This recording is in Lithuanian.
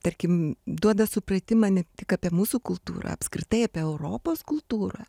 tarkim duoda supratimą ne tik apie mūsų kultūrą apskritai apie europos kultūrą